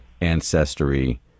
ancestry